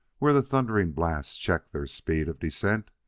where the thundering blast checked their speed of descent,